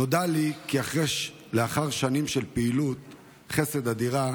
נודע לי כי לאחר שנים של פעילות חסד אדירה,